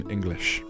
English